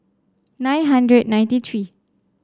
nine hundred ninety three